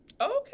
okay